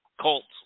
Colts